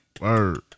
Word